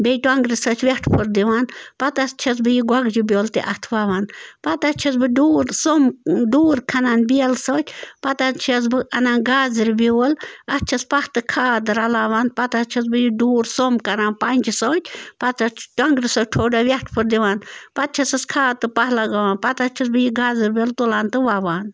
بیٚیہِ ٹۄنگرِ سۭتۍ وٮ۪ٹھ پھیُر دِوان پتہٕ حظ چھَس بہٕ یہِ گۄگجہِ بیول تہِ اَتھ وَوان پتہٕ حظ چھَس بہٕ ڈوٗر سوٚمب ڈوٗر کھنان بیلہٕ سۭتۍ پتہٕ حظ چھَس بہٕ اَنان گازرِ بیول اَتھ چھَس پَہہ تہٕ کھاد رَلاوان پتہٕ حظ چھَس بہٕ یہِ ڈوٗر سوٚمب کَران پنٛجہِ سۭتۍ پتہٕ حظ چھِ ٹۄنٛگرِ سۭتۍ تھوڑا وٮ۪ٹھ پھیُر دِوان پتہٕ چھَسَس کھاد تہٕ پَہہ لَگاوان پتہٕ حظ چھَس بہٕ یہِ گازٕر بیول تُلان تہٕ وَوان